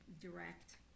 direct